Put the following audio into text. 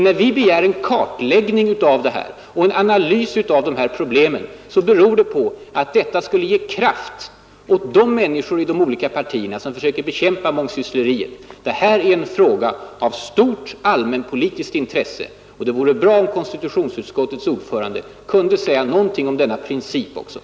När vi begär en kartläggning och en analys av problemen beror det på att det skulle ge kraft åt de människor i de olika partierna som försöker bekämpa mångsyssleriet. Det här är alltså en fråga av stort allmänpolitiskt intresse. Det vore bra om konstitutionsutskottets ordförande också kunde säga någonting om den principen.